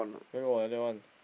where got like that one